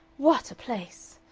what a place!